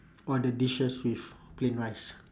all the dishes with plain rice